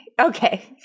okay